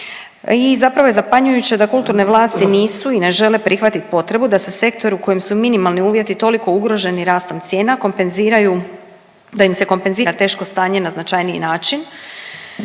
I zapravo je zapanjujuće da kulturne vlasti nisu i ne žele prihvatit potrebu da se sektor u kojem su minimalni uvjeti toliko ugroženi rastom cijena kompenziraju, da im se kompenzira teško stanje na značajniji način